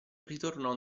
ritornò